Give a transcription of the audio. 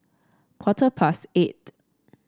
quarter past eight